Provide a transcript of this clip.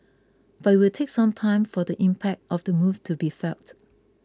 but it will take some time for the impact of the move to be felt